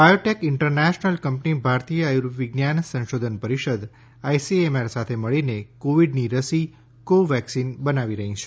બાથોટેક international કંપની ભારતીય આર્યુવિજ્ઞાન સંશોધન પરીષદ આઇસીએમઆર સાથે મળીને કોવીડની રસી કો વેકસીન બનાવી રહી છે